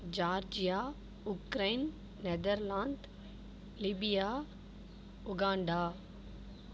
Georgia Ukraine Netherlands Libya Uganda